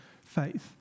faith